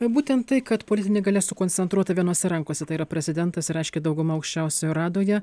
būtent tai kad politinė galia sukoncentruota vienose rankose tai yra prezidentas reiškia dauguma aukščiausioje radoje